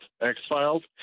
X-Files